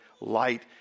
light